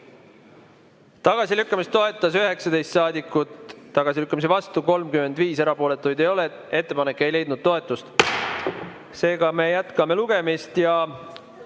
Tagasilükkamist toetas 19 saadikut, tagasilükkamise vastu oli 35, erapooletuid ei ole. Ettepanek ei leidnud toetust. Seega me jätkame lugemist.